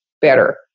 better